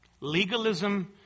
Legalism